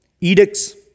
edicts